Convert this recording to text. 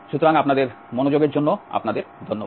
সুতরাং আপনাদের মনোযোগের জন্য আপনাদের ধন্যবাদ